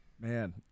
man